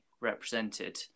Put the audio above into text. represented